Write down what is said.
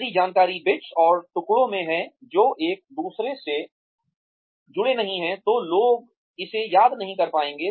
यदि जानकारी बिट्स और टुकड़ों में है जो एक दूसरे से जुड़े नहीं हैं तो लोग इसे याद नहीं कर पाएंगे